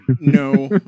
No